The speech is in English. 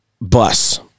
bus